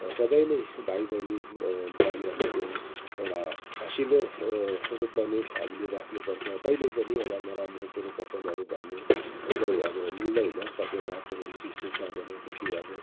सँधै नै भाइ बहिनी बुहारीहरूलाई चाहिँ एउटा हसिँलो रूपमा नै हामीले राख्नु पर्छ कहिले पनि एउटा नराम्रो कुरा बचनहरू भन्नु चाहिँ अब मिल्दैन कतिवटा कुराहरू त्यस्तो छ भनेदेखि अब